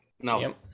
no